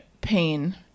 pain